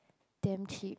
damn cheap